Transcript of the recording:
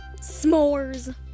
s'mores